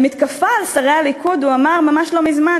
במתקפה על שרי הליכוד הוא אמר ממש לא מזמן,